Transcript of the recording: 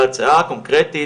ההצעה הקונקרטית,